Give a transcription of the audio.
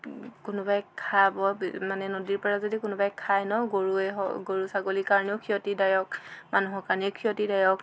কোনোবাই খাব মানে নদীৰ পৰা যদি কোনোবাই খায় ন গৰুৱে হও গৰু ছাগলীৰ কাৰণেও ক্ষতিদায়ক মানুহৰ কাৰণে ক্ষতিদায়ক